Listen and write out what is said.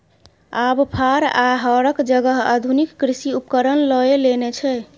आब फार आ हरक जगह आधुनिक कृषि उपकरण लए लेने छै